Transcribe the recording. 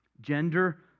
Gender